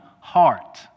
heart